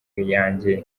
yanjye